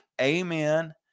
amen